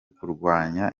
kurwanya